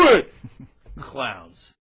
it clans